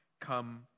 come